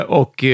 och